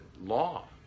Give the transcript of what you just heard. law